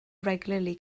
regularly